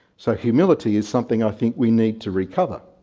so humility is something i think we need to recover.